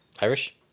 Irish